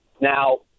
Now